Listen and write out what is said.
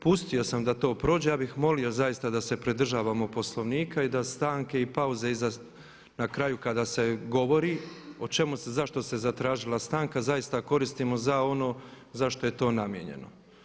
Pustio sam da to prođe, ja bih molio zaista da se pridržavamo Poslovnika i da stanke i pauze na kraju kada se govori, o čemu se, zašto se zatražila stanka zaista koristimo za ono za što je to namijenjeno.